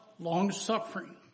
long-suffering